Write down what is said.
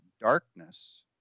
darkness